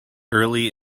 early